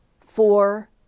four